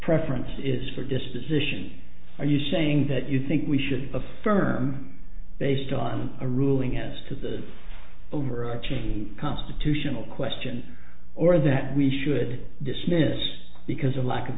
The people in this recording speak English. preference is for disposition are you saying that you think we should affirm based on a ruling as to the overarching the constitutional question or that we should dismiss because of lack of